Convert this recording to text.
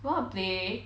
want to play